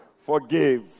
Forgive